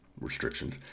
restrictions